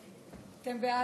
אתם בעד.